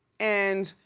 and,